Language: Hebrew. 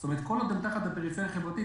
זאת אומרת כל עוד הם תחת הפריפריה החברתית,